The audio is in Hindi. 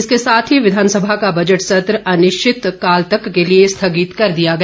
इसके साथ ही विधानसभा का बजट सत्र अनिश्चितकाल तक के लिए स्थगित कर दिया गया